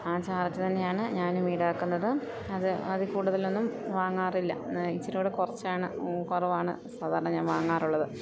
ആ ചാർജ് തന്നെയാണ് ഞാനും ഈടാക്കുന്നത് അത് അതിൽ കൂടുതൽ ഒന്നും വാങ്ങാറില്ല ഇച്ചിരൂടെ കുറച്ചാണ് കുറവാണ് സാധാരണ ഞാൻ വാങ്ങാറുള്ളത്